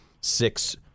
six